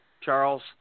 Charles